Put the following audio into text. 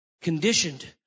conditioned